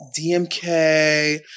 DMK